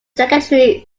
secretary